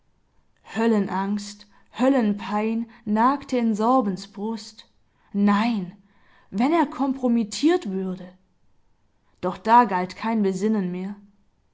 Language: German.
mich höllenangst höllenpein nagte in sorbens brust nein wenn er kompromittiert würde doch da galt kein besinnen mehr